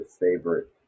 favorite